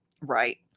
Right